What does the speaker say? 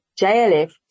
JLF